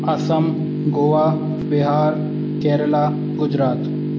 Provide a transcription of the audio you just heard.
Assam Goa Bihar Kerala Gujarat